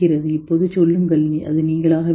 இப்போது சொல்லுங்கள் அது நீங்களாகவே இருக்கும்